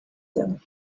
them